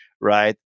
right